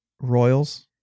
Royals